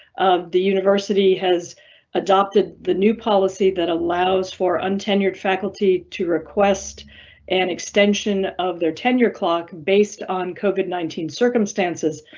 the university has adopted the new policy that allows for untenured faculty to request an extension of their tenure clock based on covid nineteen circumstances.